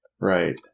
Right